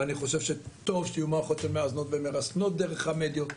ואני חושבת שיהיו מערכות שמאזנות ומרסנות דרך המדיות,